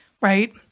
right